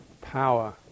power